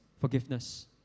Forgiveness